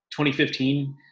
2015